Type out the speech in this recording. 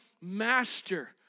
master